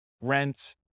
rent